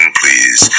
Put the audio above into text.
please